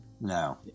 no